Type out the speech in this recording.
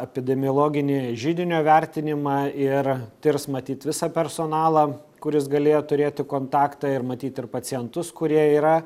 epidemiologinį židinio vertinimą ir tirs matyt visą personalą kuris galėjo turėti kontaktą ir matyt ir pacientus kurie yra